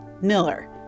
Miller